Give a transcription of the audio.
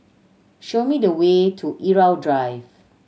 show me the way to Irau Drive